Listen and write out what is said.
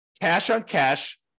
cash-on-cash